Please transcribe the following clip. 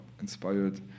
inspired